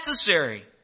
necessary